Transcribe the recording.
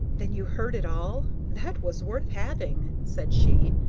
then you heard it all. that was worth having! said she.